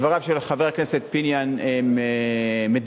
דבריו של חבר הכנסת פיניאן הם מדויקים.